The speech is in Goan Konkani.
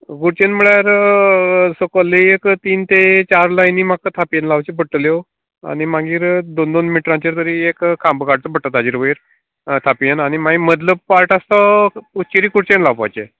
वुडचैन म्हणळ्यार सकयल्ली एक तीन ते चार लाय्नी म्हाका थाथीन लावच्यो पडटल्यो आनी मागीर दोन दोन मिटरांचेर तरी एक खांबो काडचो पडटलो ताचेर वयर थापयेन आनी मागीर वयलो पार्ट आसा तो उचिरी कुचेन लावपाचे